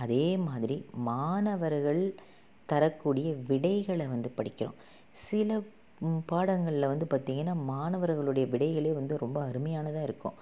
அதேமாதிரி மாணவர்கள் தரக்கூடிய விடைகளை வந்து படிக்கிறோம் சில பாடங்களில் வந்து பார்த்திங்கன்னா மாணவர்களுடைய விடைகளே வந்து ரொம்ப அருமையானதாக இருக்கும்